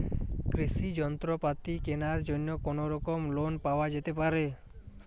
কৃষিযন্ত্রপাতি কেনার জন্য কোনোরকম লোন পাওয়া যেতে পারে?